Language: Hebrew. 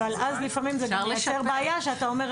אבל אז לפעמים זה גם מייצר בעיה שאתה אומר,